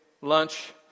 lunch